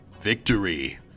victory